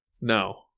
No